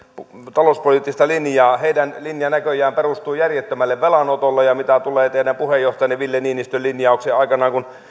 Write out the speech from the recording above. talouspoliittista linjaa heidän linjansa näköjään perustuu järjettömälle velanotolle ja mitä tulee teidän puheenjohtajanne ville niinistön linjauksiin aikanaan kun